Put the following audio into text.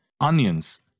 onions